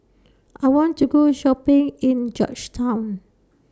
I want to Go Shopping in Georgetown